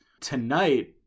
Tonight